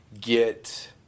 get